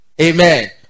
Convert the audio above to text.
amen